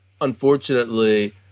unfortunately